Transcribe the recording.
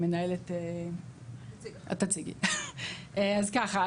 אז ככה,